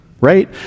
right